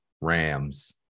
Rams